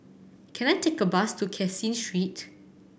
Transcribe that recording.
can I take a bus to Caseen Street